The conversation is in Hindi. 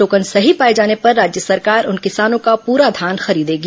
टोकन सही पाए जाने पर राज्य सरकार उन किसानों का पूरा धान खरीदेगी